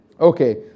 Okay